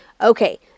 okay